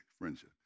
friendship